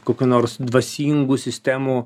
kokių nors dvasingų sistemų